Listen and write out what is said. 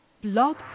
Blog